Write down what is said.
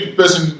person